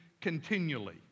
continually